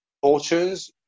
fortunes